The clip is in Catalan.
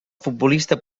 futbolista